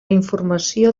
informació